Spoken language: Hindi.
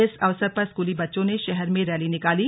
इस अवसर पर स्कूली बच्चों ने शहर में रैली निकाली